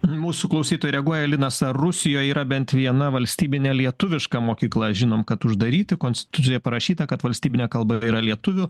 mūsų klausytojai reaguoja linas ar rusijoj yra bent viena valstybinė lietuviška mokykla žinom kad uždaryti konstitucijoje parašyta kad valstybine kalba yra lietuvių